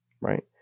Right